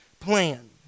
plan